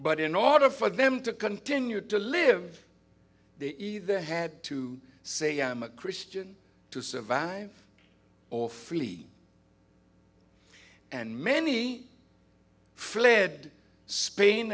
but in order for them to continue to live they either had to say i'm a christian to survive or free and many fled spain